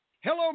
Hello